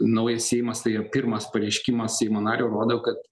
naujas seimas tai jo pirmas pareiškimas seimo nario rodo kad